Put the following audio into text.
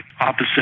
opposite